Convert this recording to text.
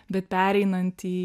bet pereinant į